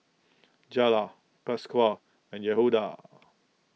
Jayla Pasquale and Yehuda